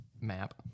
map